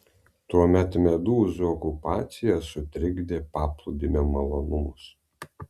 tuomet medūzų okupacija sutrikdė paplūdimio malonumus